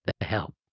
help